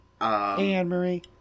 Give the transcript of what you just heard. Anne-Marie